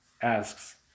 asks